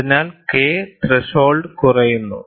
അതിനാൽ K threshold കുറയുന്നു